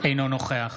אינו נוכח